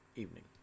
Evening